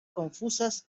confusas